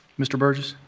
mr. burgess